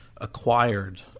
acquired